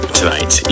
tonight